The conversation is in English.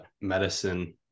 medicine